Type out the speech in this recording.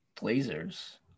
Blazers